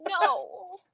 No